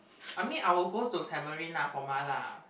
I mean I will go to Tamarind lah for mala